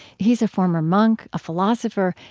he's a former monk, a philosopher,